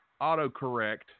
autocorrect